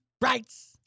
rights